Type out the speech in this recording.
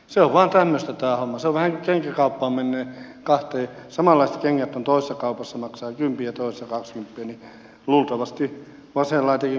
se on vähän niin kuin jos kahteen kenkäkauppaan menee ja samanlaiset kengät toisessa kaupassa maksaa kympin ja toisessa kaksikymppiä niin luultavasti vasen laitakin menee sinne kympin kauppaan